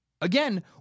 Again